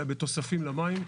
אלא בתוספים למים.